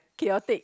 chaotic